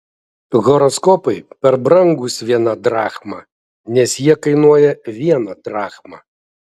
horoskopai per brangūs viena drachma nes jie kainuoja vieną drachmą